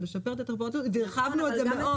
זה משפר את התחבורה הציבורית והרחבנו את זה מאוד.